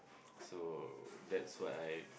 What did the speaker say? so that's what I